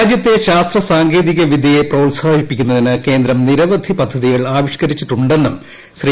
രാജ്യത്തെ ശാസ്ത്രസാങ്കേതിക വിദ്യയെ പ്രോൽസാഹിപ്പിക്കുന്നതിന് കേന്ദ്രം നിരവധി പദ്ധതികൾ ആവിഷ്ക്കരിച്ചിട്ടുണ്ടെന്നും ശ്രീ